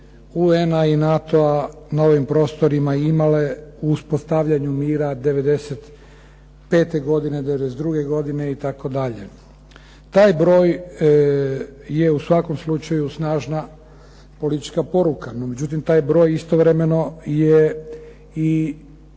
UN-a i NATO-a na ovim prostorima imale u uspostavljanju '95. godine, '92. godine itd. Taj broj je u svakom slučaju snažna politička poruka, no međutim taj broj istovremeno je i